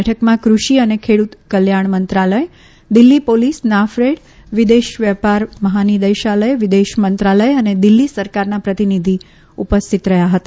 બેઠકમાં કૃષિ અને ખેડૂત કલ્યાણ મંત્રાલય દિલ્હી પોલીસ નાફેડ વિદેશ વ્યાપાર મહાનિદેશાલય વિદેશ મંત્રાલય અને દિલ્હી સરકારના પ્રતિનિધિ ઉપસ્થિત રહ્યા હતા